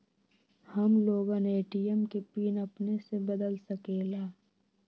हम लोगन ए.टी.एम के पिन अपने से बदल सकेला?